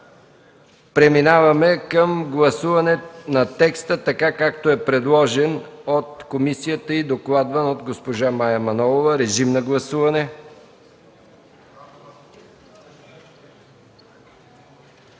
Преминаваме към гласуване на текста, както е предложен от комисията и докладван от госпожа Мая Манолова. Гласували